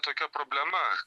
tokia problema